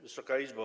Wysoka Izbo!